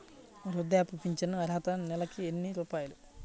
వృద్ధాప్య ఫింఛను అర్హత నెలకి ఎన్ని రూపాయలు?